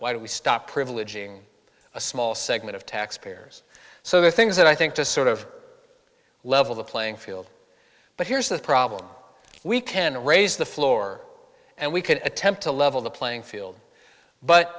why do we stop privileging a small segment of taxpayers so the things that i think to sort of level the playing field but here's the problem we can raise the floor and we can attempt to level the playing field but